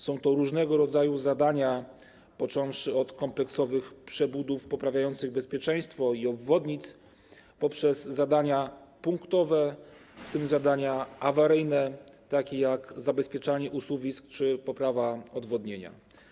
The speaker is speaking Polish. Są to różnego rodzaju zadania, począwszy od kompleksowych przebudów poprawiających bezpieczeństwo i obwodnic, poprzez zadania punktowe, w tym zadania awaryjne, takie jak zabezpieczanie usuwisk czy poprawa odwodnienia.